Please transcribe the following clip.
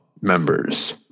members